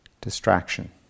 distraction